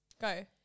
go